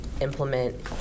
implement